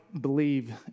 believe